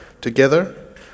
together